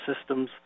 systems